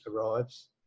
arrives